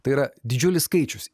tai yra didžiulis skaičius